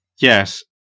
Yes